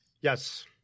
Yes